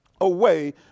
away